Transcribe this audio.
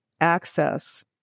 access